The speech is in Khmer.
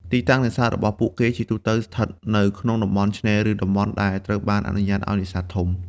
ទីតាំងនេសាទរបស់ពួកគេជាទូទៅស្ថិតនៅក្នុងតំបន់ ឆ្នេរ ឬតំបន់ដែលត្រូវបានអនុញ្ញាតឱ្យនេសាទធំ។